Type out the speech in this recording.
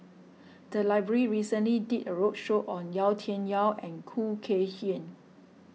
the library recently did a roadshow on Yau Tian Yau and Khoo Kay Hian